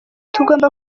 tugomba